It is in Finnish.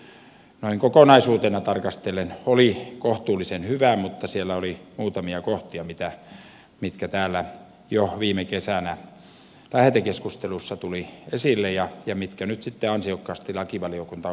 hallituksen esitys noin kokonaisuutena tarkastellen oli kohtuullisen hyvä mutta siellä oli muutamia kohtia mitkä täällä jo viime kesänä lähetekeskustelussa tulivat esille ja mitkä nyt sitten ansiokkaasti lakivaliokunta on korjannut